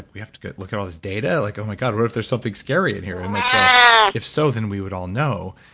we have to look at all this data. like, oh, my god. what if there's something scary in here? and like if so, then we would all know.